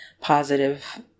positive